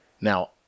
Now